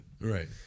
Right